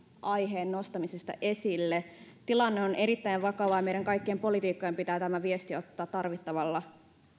aiheen nostamisesta esille tilanne on erittäin vakava ja meidän kaikkien poliitikkojen pitää tämä viesti ottaa tarvittavalla